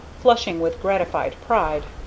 flushing with gratified pride,